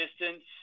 distance